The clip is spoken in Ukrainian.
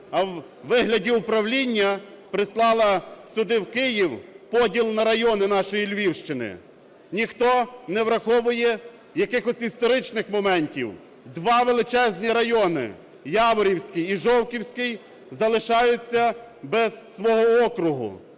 а у вигляді управління прислала сюди, в Київ, поділ на райони нашої Львівщини. Ніхто не враховує якихось історичних моментів, два величезні райони, Яворівський і Жовківський, залишаються без свого округу.